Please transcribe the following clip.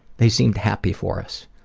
they seemed happy for us.